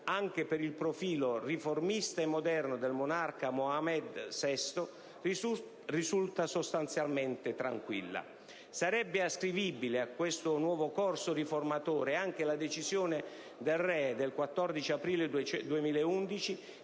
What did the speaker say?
(anche per il profilo riformista e moderno del monarca Mohammed VI) risulta sostanzialmente tranquilla. Sarebbe ascrivibile al nuovo corso riformatore anche la decisione del Re, del 14 aprile 2011,